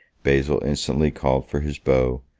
basil instantly called for his bow,